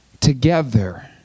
together